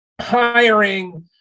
hiring